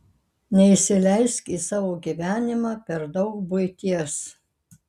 neįsileisk į savo gyvenimą per daug buities